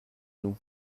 nous